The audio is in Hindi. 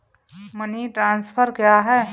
मनी ट्रांसफर क्या है?